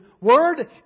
word